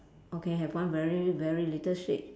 okay have one very very little shade